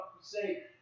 say